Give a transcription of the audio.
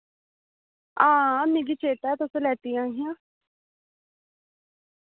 हां मिकी चेत्ता ऐ तुस लैतियां हियां